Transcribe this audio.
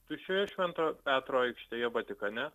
tuščioje šventojo petro aikštėje vatikane